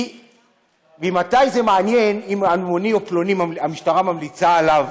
כי ממתי זה מעניין אם על אלמוני או פלוני המשטרה ממליצה עליו